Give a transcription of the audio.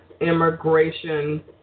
immigration